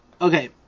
okay